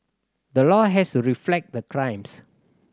the law has to reflect the crimes